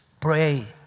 Pray